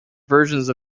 version